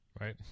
Right